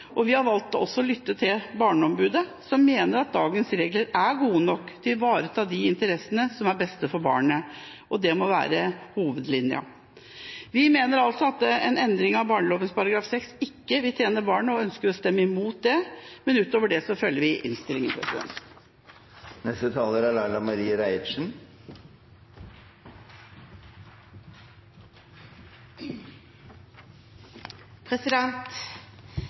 og vi har valgt også å lytte til Barneombudet, som mener at dagens regler er gode nok til å ivareta de interessene som er best for barnet. Det må være hovedlinja. Vi mener altså at en endring av barneloven § 6 ikke vil tjene barnet, og ønsker å stemme imot den. Utover det følger vi innstillinga. Dette handlar ikkje om ein omkamp; dette handlar om å lytta til innbyggjarane i dette landet. Det er